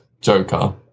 Joker